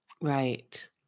Right